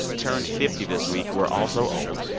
turned fifty this week. we're all so old.